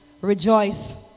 rejoice